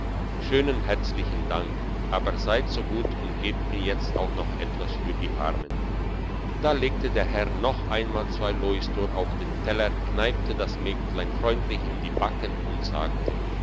schönen herzlichen dank aber seid so gut und gebt mir jetzt auch noch etwas für die armen da legte der herr noch einmal zwei louisdor auf den teller kneipte das mägdlein freundlich in die backen und sagte